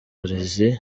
uburezi